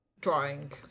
drawing